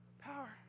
power